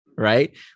right